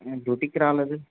ఏమి డ్యూటీకి రాలేదు